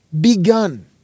begun